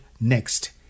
next